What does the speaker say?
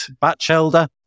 Batchelder